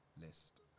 list